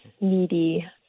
needy